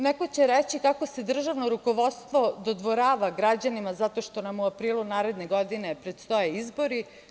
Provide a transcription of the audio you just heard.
Neko će reći kako se državno rukovodstvo dodvorava građanima zato što nam u aprilu naredne godine predstoje izbori.